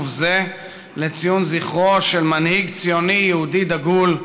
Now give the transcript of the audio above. זה לציון זכרו של מנהיג ציוני יהודי דגול,